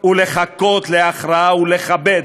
ולחכות להכרעה ולכבד